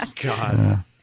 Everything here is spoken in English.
God